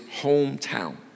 hometown